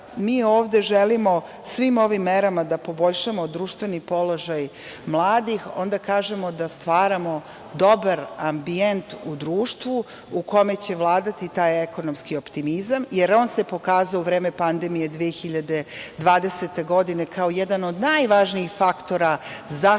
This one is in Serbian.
mi ovde želimo svim ovim merama da poboljšamo društveni položaj mladih, onda kažemo da stvaramo dobar ambijent u društvu u kome će vladati taj ekonomski optimizam, jer on se pokazao u vreme pandemije 2020. godine kao jedan od najvažnijih faktora zašto